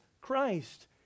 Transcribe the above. Christ